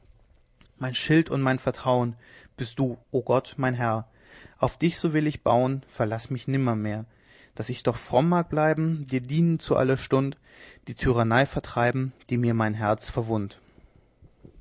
mein schild und mein vertrauen bist du o gott mein herr auf dich so will ich bauen verlaß mich nimmermehr daß ich doch fromm mag bleiben dir dienen zu aller stund die tyrannei vertreiben die mir mein herz verwund't